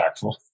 impactful